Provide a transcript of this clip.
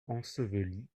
ensevelie